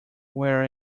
where